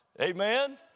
Amen